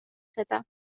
seda